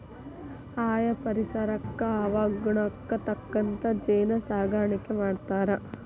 ಆಯಾ ಪರಿಸರಕ್ಕ ಹವಾಗುಣಕ್ಕ ತಕ್ಕಂಗ ಜೇನ ಸಾಕಾಣಿಕಿ ಮಾಡ್ತಾರ